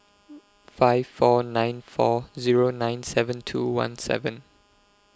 five four nine four Zero nine seven two one seven